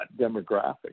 demographic